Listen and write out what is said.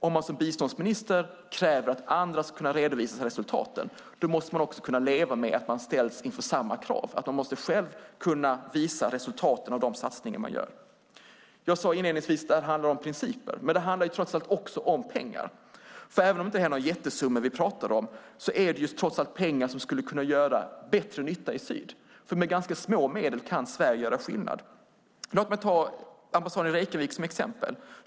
Om man som biståndsminister kräver att andra ska kunna redovisa resultat måste man leva med att även själv ställas inför samma krav; man måste kunna visa resultaten av de satsningar man gör. Jag sade inledningsvis att det handlar om principer, men det handlar också om pengar. Även om vi inte talar om några jättesummor är det trots allt pengar som skulle kunna göra bättre nytta i syd. Med ganska små medel kan Sverige göra skillnad. Låt mig ta ambassaden i Reykjavik som exempel.